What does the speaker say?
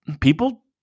people